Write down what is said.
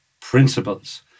principles